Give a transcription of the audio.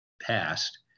passed